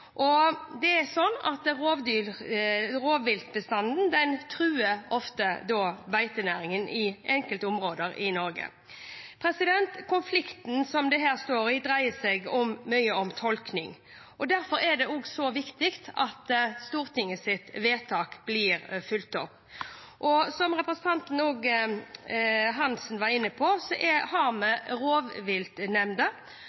Rovviltbestanden truer ofte beitenæringen i enkelte områder av Norge. Konflikten man står i, dreier seg mye om tolkning. Derfor er det så viktig at Stortingets vedtak blir fulgt opp. Som representanten Eva Kristin Hansen var inne på, har vi rovviltnemndene, som skal stå fritt til å vedta forvaltningsplanen for rovvilt. Det må opprettholdes. Jeg mener det er